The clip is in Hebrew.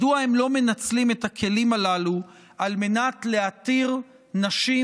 מדוע הם לא מנצלים את הכלים הללו על מנת להתיר נשים